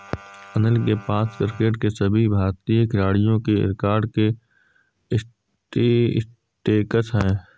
अनिल के पास क्रिकेट के सभी भारतीय खिलाडियों के रिकॉर्ड के स्टेटिस्टिक्स है